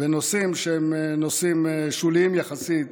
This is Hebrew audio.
בנושאים שהם שוליים יחסית